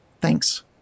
Thanks